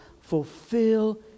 Fulfill